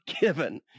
given